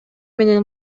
менен